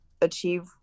achieve